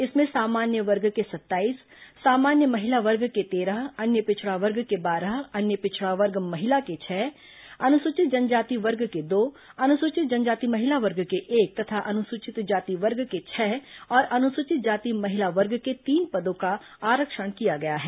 इसमें सामान्य वर्ग के सत्ताईस सामान्य महिला वर्ग के तेरह अन्य पिछड़ा वर्ग के बारह अन्य पिछड़ा वर्ग महिला के छह अनुसूचित जनजाति वर्ग के दो अनुसूचित जनजाति महिला वर्ग के एक तथा अनुसूचित जाति वर्ग के छह और अनुसूचित जाति महिला वर्ग के तीन पदों का आरक्षण किया गया है